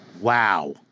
Wow